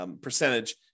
percentage